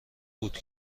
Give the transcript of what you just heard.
بود